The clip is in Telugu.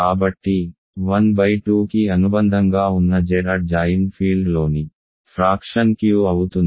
కాబట్టి 12కి అనుబంధంగా ఉన్న Z అడ్ జాయిన్డ్ ఫీల్డ్లోని ఫ్రాక్షన్ Q అవుతుంది